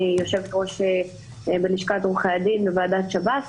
יושבת-ראש בלשכת עורכי הדין בוועדת שב"ס,